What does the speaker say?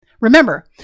Remember